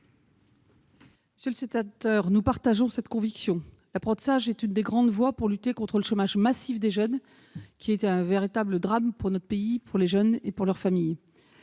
Monsieur le sénateur, nous partageons cette conviction que l'apprentissage est l'une des grandes voies permettant de lutter contre le chômage massif des jeunes, véritable drame pour notre pays, pour les jeunes et pour leurs familles.